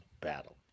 battle